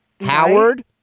Howard